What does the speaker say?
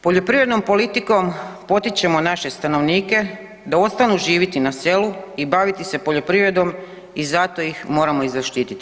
Poljoprivrednom politikom potičemo naše stanovnike da ostanu živiti na selu i baviti se poljoprivredom i zato ih moramo zaštititi.